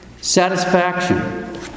Satisfaction